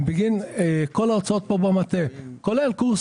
הם בגין כל ההוצאות פה במטה כולל קורס